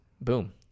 boom